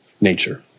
nature